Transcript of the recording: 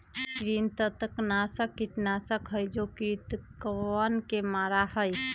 कृंतकनाशक कीटनाशक हई जो कृन्तकवन के मारा हई